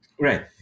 Right